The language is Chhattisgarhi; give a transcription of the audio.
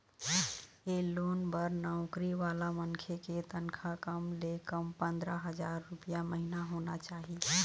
ए लोन बर नउकरी वाला मनखे के तनखा कम ले कम पंदरा हजार रूपिया महिना होना चाही